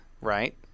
right